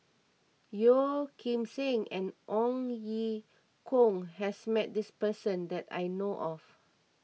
Yeo Kim Seng and Ong Ye Kung has met this person that I know of